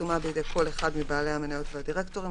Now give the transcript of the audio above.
חתומה בידי כל אחד מבעלי המניות והדירקטורים,